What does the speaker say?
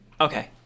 Okay